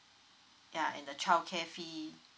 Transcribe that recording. ya and the childcare fee